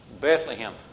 Bethlehem